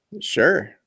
Sure